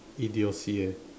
idiocy eh